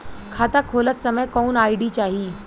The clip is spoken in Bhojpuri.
खाता खोलत समय कौन आई.डी चाही?